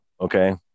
okay